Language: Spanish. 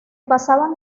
pasaban